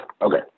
Okay